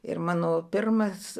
ir mano pirmas